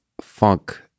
Funk